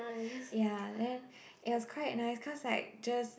ya and then it was quite nice cause like just